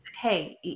hey